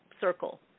circle